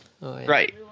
Right